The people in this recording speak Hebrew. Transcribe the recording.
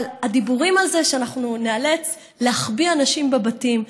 אבל הדיבורים על זה שאנחנו נאלץ להחביא אנשים בבתים,